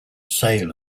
sale